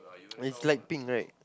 it's light pink right